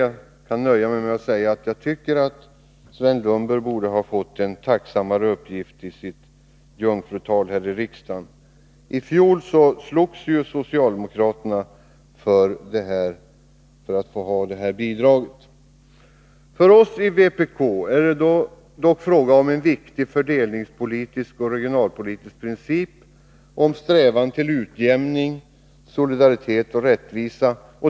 Jag kan nöja mig med att säga att jag tycker att Sven Lundberg borde ha fått en tacksammare uppgift i sitt jungfrutal här i riksdagen. I fjol slogs ju socialdemokraterna för att få det här bidraget. För oss i vpk är det dock fråga om en viktig fördelningspolitisk och regionalpolitisk princip om strävan till utjämning, solidaritet och rättvisa.